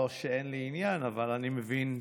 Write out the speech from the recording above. לא שאין לי עניין, אבל אני מבין,